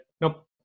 nope